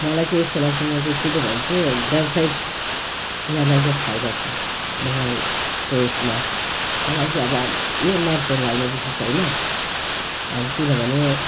मलाई चाहिँ यस्तो लाग्छ म चाहिँ सिधै भन्छु व्यावसायिक यिनीहरूलाई चाहिँ फाइदा छ बङ्गालको यसमा बङ्गालकै अब यो नर्थहरू हालमा विशेष होइन अनि किनभने